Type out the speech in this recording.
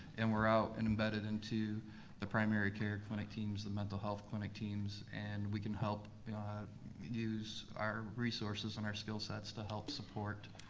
and we're out, and embedded into the primary care clinic teams, the mental health clinic teams, and we can help use our resources and our skill sets to help support